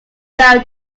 down